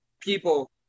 people